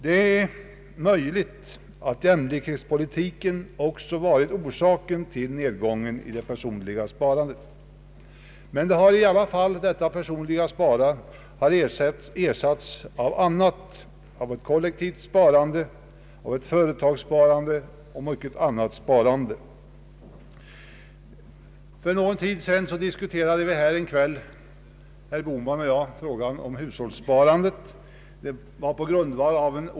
Det är möjligt att jämlikhetspolitiken också varit orsaken till nedgången i det personliga sparandet, men det personliga sparandet har ersatts av ett annat — kollektivt sparande, företagssparande och mycket annat sparande. På grundval av en OECD-rapport diskuterade för någon tid sedan herr Bohman och jag frågan om hushållssparande.